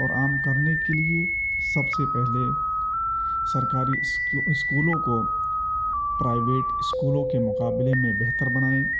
اور عام کرنے کے لیے سب سے پہلے سرکاری اسکولوں کو پرائیویٹ اسکولوں کے مقابلے میں بہتر بنائے